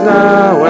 now